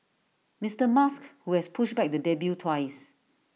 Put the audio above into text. Mister musk who has pushed back the debut twice